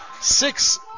Six